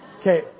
Okay